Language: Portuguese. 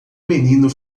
menino